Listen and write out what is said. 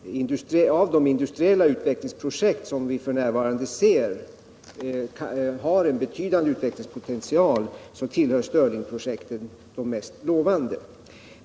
Av de industriella utvecklingsprojekt som enligt vad vi f. n. kan se har en betydande utvecklingspotential tillhör Stirlingprojektet de mest lovande.